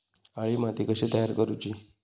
काळी माती कशी तयार करूची?